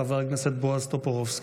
חבר הכנסת בועז טופורובסקי.